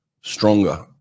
stronger